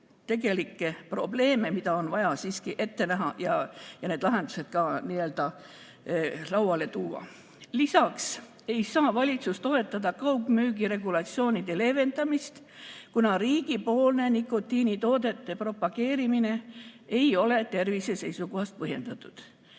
tegelikke probleeme, mida on vaja siiski ette näha ja need lahendused lauale tuua. Lisaks ei saa valitsus toetada kaugmüügiregulatsioonide leevendamist, kuna riigipoolne nikotiinitoodete propageerimine ei ole tervise seisukohast põhjendatud.